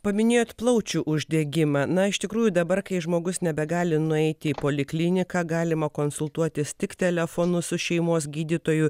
paminėjot plaučių uždegimą na iš tikrųjų dabar kai žmogus nebegali nueiti į polikliniką galima konsultuotis tik telefonu su šeimos gydytoju